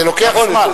זה לוקח זמן.